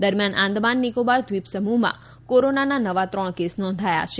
દરમિયાન આંદામાન નિકોબાર દ્વિપ સમૂહમાં કોરોનાના ત્રણ નવા કેસ નોંધાયા છે